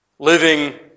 Living